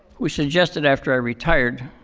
who suggested after i retired,